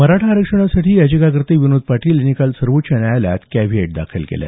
मराठा आरक्षणासाठी याचिकाकर्ते विनोद पाटील यांनी काल सर्वोच्च न्यायालयात कॅव्हिएट दाखल केलं